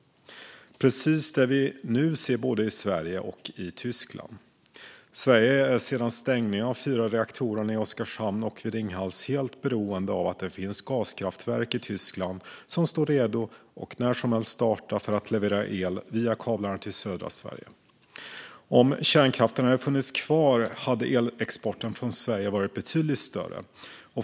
Precis det ser vi nu i både Sverige och Tyskland. Sverige är sedan stängningen av de fyra reaktorerna i Oskarshamn och vid Ringhals helt beroende av att det finns gaskraftverk i Tyskland som står redo att när som helst starta för att leverera el via kablarna till södra Sverige. Om kärnkraften hade funnits kvar hade elexporten från Sverige varit betydligt större.